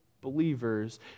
believers